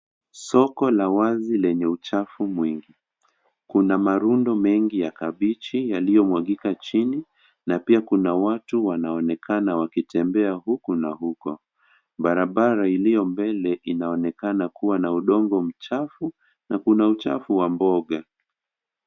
Soko la wazi lenye uchafu mwingi. Kuna marundo mengi ya kabechi yaliyo mwagika chini na pia kuna watu walio tembe huku na huko. Barabara uliombele unaonekana kuwa na udongo mchafu na kuna uchafu wa mboga.